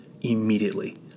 immediately